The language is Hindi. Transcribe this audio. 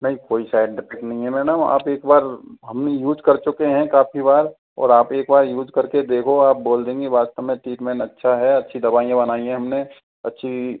नहीं कोई सा साइड इफेक्ट नहीं है मैडम आप एक बार हम यूज़ कर चुके हैं काफ़ी बार और आप एक बार यूज़ करके देखो आप बोल देंगे वास्तव मैं ट्रीटमेंट अच्छा है अच्छी दवाई बनाई हैं हमने अच्छी